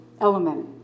element